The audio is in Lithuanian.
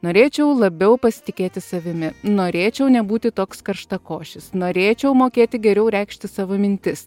norėčiau labiau pasitikėti savimi norėčiau nebūti toks karštakošis norėčiau mokėti geriau reikšti savo mintis